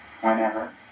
whenever